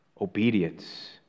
obedience